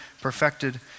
perfected